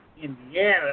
Indiana